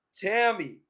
Tammy